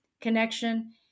connection